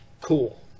cool